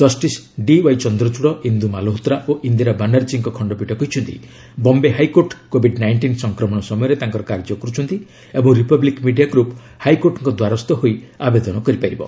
justice D Y Chandrachud Indu Malhotra ଓ ଇନ୍ଦିରା ବାନାର୍ଜୀଙ୍କ ଖଣ୍ଡପୀଠ କହିଛନ୍ତି ବମ୍ବେ ହାଇକୋର୍ଟ କୋଭିଡ୍ ନାଇଷ୍ଟିଡ୍ ସଂକ୍ରମଣ ସମୟରେ ତାଙ୍କର କାର୍ଯ୍ୟ କରୁଛନ୍ତି ଏବଂ ରିପବ୍ଲିକ୍ ମିଡିଆ ଗ୍ରୁପ୍ ହାଇକୋର୍ଟଙ୍କ ଦ୍ୱାରସ୍ଥ ହୋଇ ଆବେଦନ କରିପାରିବେ